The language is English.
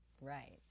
Right